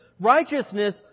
Righteousness